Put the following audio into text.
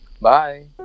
Bye